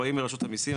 רואי מרשות המיסים,